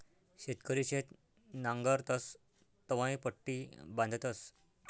शेतकरी शेत नांगरतस तवंय पट्टी बांधतस